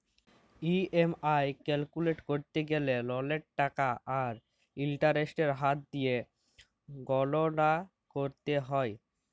EMI calculate ক্যরতে গ্যালে ললের টাকা আর ইলটারেস্টের হার দিঁয়ে গললা ক্যরতে হ্যয়